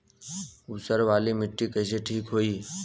ऊसर वाली मिट्टी कईसे ठीक होई?